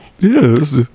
Yes